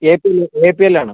A P L A P എല്ലാണ്